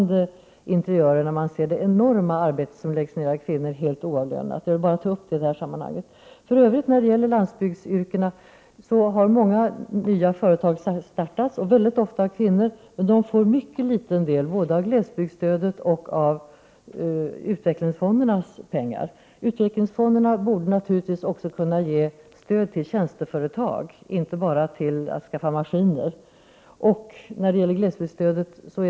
Det är skrämmande att se det enorma arbete som kvinnor lägger ner helt oavlönat. Jag vill bara ta upp detta faktum i detta sammanhanget. När det gäller landsbygdsyrkena har för övrigt många nya företag startats, väldigt ofta av kvinnor. De får emellertid mycket liten del av glesbygdsstödet och av utvecklingsfondernas pengar. Utvecklingsfonderna borde naturligtvis också kunna ge stöd till tjänsteföretag och inte bara till företag som behöver anskaffa maskiner.